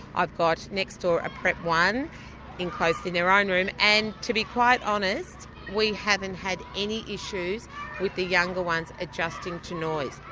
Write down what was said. i've got next door a prep one enclosed in their own room and to be quite honest we haven't had any issues with the younger ones adjusting to noise.